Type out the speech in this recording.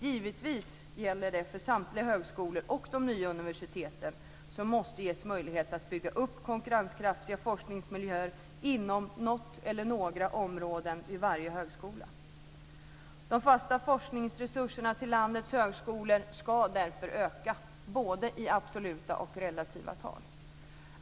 Givetvis gäller detta för samtliga högskolor och de nya universiteten, som måste ges möjligheten att bygga upp konkurrenskraftiga forskningsmiljöer inom något eller några områden vid varje högskola. De fasta forskningsresurserna till landets högskolor ska därför öka, både i absoluta och i relativa tal.